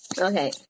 Okay